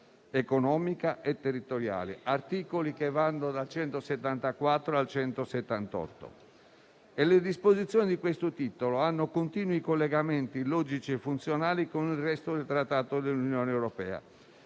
economica e territoriale negli articoli che vanno dal 174 al 178. Le disposizioni di questo titolo hanno continui collegamenti logici e funzionali con il resto del Trattato, che serve